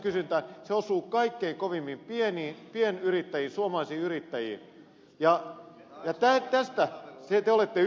se osuu kaikkein kovimmin pienyrittäjiin suomalaisiin yrittäjiin ja tästä te olette ylpeä